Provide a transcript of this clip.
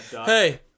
Hey